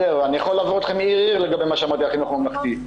אני יכול לעבור אתכם מעיר לעיר לגבי מה שאמרתי על החינוך הממלכתי.